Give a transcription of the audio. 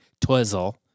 twizzle